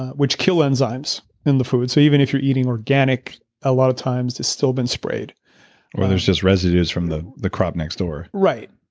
which kill enzymes in the food. so, even if you're eating organic a lot of times, it's still been sprayed or there's this residue from the the crop next door right.